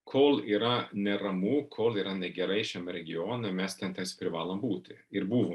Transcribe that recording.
kol yra neramu kol yra negerai šiam regione mes ten tais privalom būti ir buvom